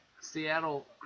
Seattle